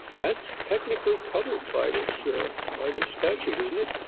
that is technically covered by this by this statute, isn't it?